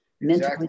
mental